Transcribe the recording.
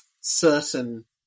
certain